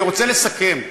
אני רוצה לסכם.